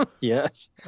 yes